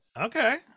Okay